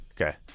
Okay